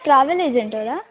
travel agent ಅವರಾ